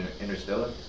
Interstellar